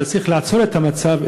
אבל צריך לעצור את המצב,